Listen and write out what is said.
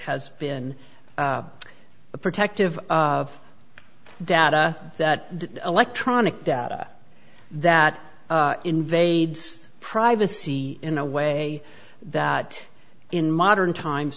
has been a protective of data that electronic data that invades privacy in a way that in modern times